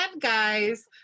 guys